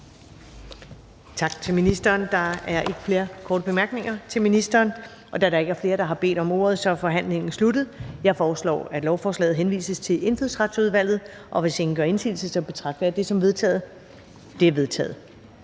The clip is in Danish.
Tak til ministeren. Der er ikke flere korte bemærkninger til ministeren. Da der ikke er flere, der har bedt om ordet, er forhandlingen sluttet. Jeg foreslår, at lovforslaget henvises til Indfødsretsudvalget. Hvis ingen gør indsigelse, betragter jeg det som vedtaget. Det er vedtaget.